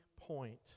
point